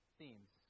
themes